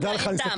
סודה, אין טעם.